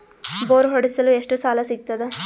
Bore ಹೊಡೆಸಲು ಎಷ್ಟು ಸಾಲ ಸಿಗತದ?